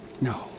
No